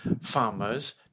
farmers